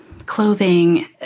clothing